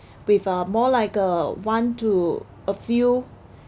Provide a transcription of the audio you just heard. with uh more like uh one to a few